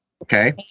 Okay